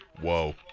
Whoa